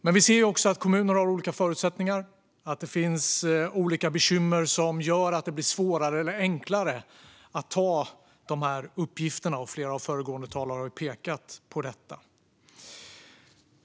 Men vi ser också att kommuner har olika förutsättningar - att det finns olika bekymmer som gör att det blir svårare eller enklare att ta sig an dessa uppgifter. Flera av föregående talare har pekat på detta.